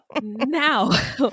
now